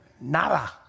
nada